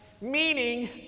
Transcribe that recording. Meaning